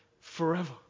forever